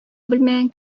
белмәгән